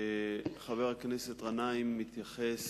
חבר הכנסת גנאים מתייחס